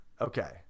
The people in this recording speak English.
Okay